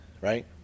right